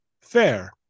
fair